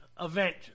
event